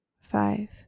five